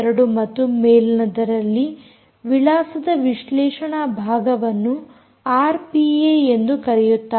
2 ಮತ್ತು ಮೇಲಿನದರಲ್ಲಿ ವಿಳಾಸದ ವಿಶ್ಲೇಷಣಾ ಭಾಗವನ್ನು ಆರ್ಪಿಏ ಎಂದು ಕರೆಯುತ್ತಾರೆ